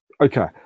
okay